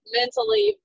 mentally